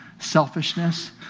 selfishness